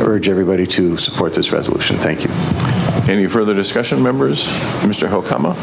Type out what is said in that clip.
urge everybody to support this resolution thank you any further discussion members mr holcombe